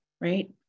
right